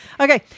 Okay